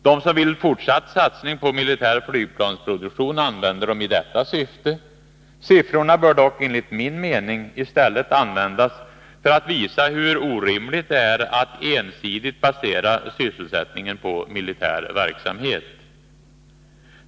De som vill ha fortsatt satsning på militär flygplansproduktion använder dem i detta syfte. Siffrorna bör dock enligt min mening i stället användas för att visa hur orimligt det är att ensidigt basera sysselsättningen på militär verksamhet.